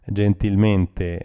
gentilmente